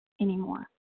anymore